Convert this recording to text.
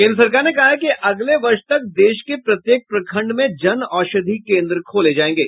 केन्द्र सरकार ने कहा है कि अगले वर्ष तक देश के प्रत्येक प्रखंड में जन औषधि केन्द्र खोले जायेंगे